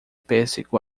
pêssego